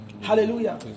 Hallelujah